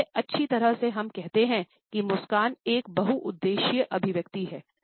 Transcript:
सबसे अच्छी तरह से हम कहते हैं कि मुस्कान एक बहुउद्देशीय अभिव्यक्ति है